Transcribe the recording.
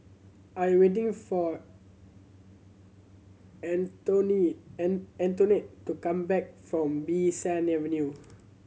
I am waiting for Antonette to come back from Bee San Avenue